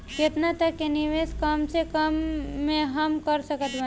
केतना तक के निवेश कम से कम मे हम कर सकत बानी?